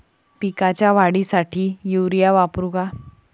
पिकाच्या वाढीसाठी युरिया वापरू का?